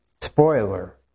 spoiler